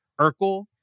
Urkel